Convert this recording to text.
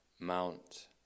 Mount